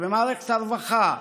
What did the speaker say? במערכת הרווחה,